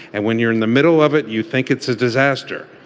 and when you're in the middle of it you think it's a disaster.